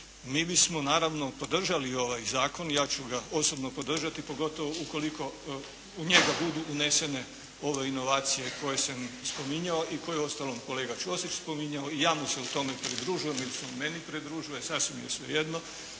mi bismo naravno podržali ovaj zakon i ja ću ga osobno podržati pogotovo ukoliko u njega budu unesene ove inovacije koje sam spominjao i koje je uostalom kolega Ćosić spominjao. I ja mu se u tome pridružujem ili se on meni pridružuje, sasvim je svejedno,